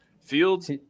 Fields